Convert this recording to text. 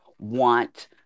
want